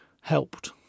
helped